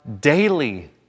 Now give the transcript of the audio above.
Daily